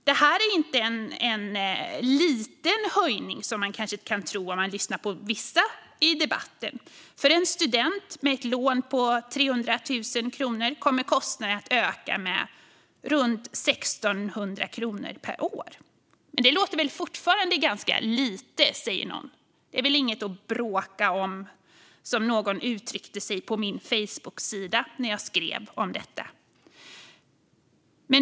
Det är inte en liten höjning, som man kanske kan tro om lyssnar på vissa i debatten. För en student med ett lån på 300 000 kronor kommer kostnaderna att öka med runt 1 600 kronor per år. Det låter fortfarande ganska lite, säger någon, eller det är väl inget att bråka om, som någon uttryckte sig på min Facebooksida när jag skrev om detta.